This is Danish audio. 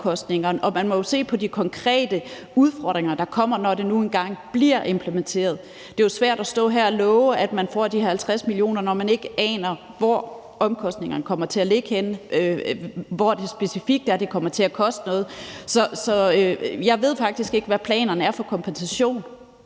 Man må jo se på de konkrete udfordringer, der kommer, når det nu engang bliver implementeret. Det er svært at stå her og love, at man får de her 50 mio. kr., når man ikke aner, hvor omkostningerne kommer til at ligge henne, altså hvor det specifikt er, at det kommer til at koste noget. Så jeg ved faktisk ikke, hvad planerne er for kompensation.